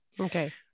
Okay